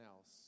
else